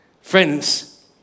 Friends